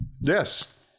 Yes